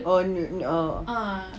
oh mm ah